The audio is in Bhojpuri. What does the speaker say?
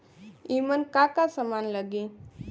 ईमन का का समान लगी?